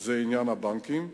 זה עניין הבנקים.